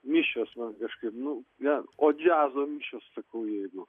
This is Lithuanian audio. mišios man kažkaip nu ne o džiazo mišios sakau jeigu